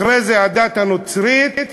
אחרי זה הדת הנוצרית,